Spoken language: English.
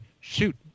shoot